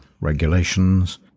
regulations